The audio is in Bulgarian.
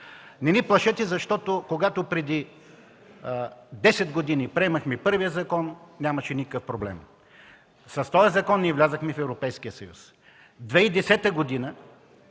Не ни плашете, защото когато преди десет години приемахме първия закон, нямаше никакъв проблем. С този закон ние влязохме в Европейския